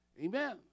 amen